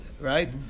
right